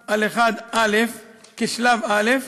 521/1א', כשלב א',